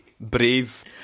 Brave